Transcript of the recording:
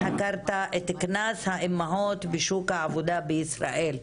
חקרת את קנס האימהות בשוק העבודה בישראל.